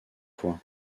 fois